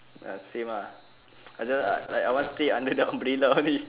ya same ah I just like I want stay under the umbrella only